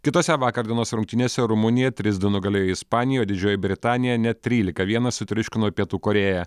kitose vakar dienos rungtynėse rumunija trys du nugalėjo ispaniją o didžioji britanija net trylika vienas sutriuškino pietų korėją